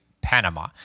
Panama